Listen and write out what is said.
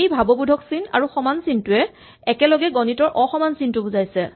এই ভাৱবোধক চিন আৰু সমান চিনটোৱে একেলগে গণিতৰ অসমান চিনটো বুজাইছে